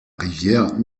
rivière